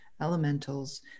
elementals